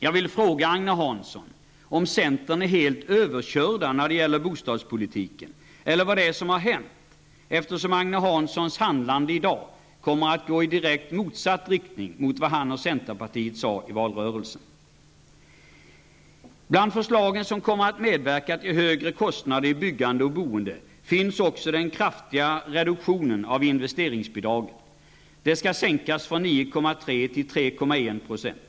Jag vill fråga Agne Hansson om centern är helt överkörd när det gäller bostadspolitiken eller vad det är som har hänt, eftersom Agne Hanssons handlande i dag kommer att gå i direkt motsatt riktning mot vad han och centerpartiet sade i valrörelsen. Bland förslagen som kommer att medverka till högre kostnader för byggande och boende finns också den kraftiga reduktionen av investeringsbidraget. Det skall sänkas från 9,3 % till 3,1 %.